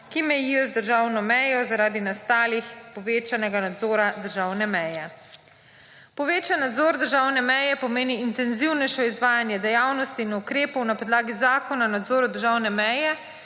ki mejijo z državno mejo zaradi nastalih povečanega nadzora državne meje. Povečan nadzor državne meje pomeni intenzivnejšo izvajanje dejavnosti in ukrepov na podlagi Zakona o nadzoru državnem meje